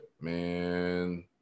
man